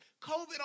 COVID